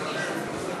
המנוחים.) נא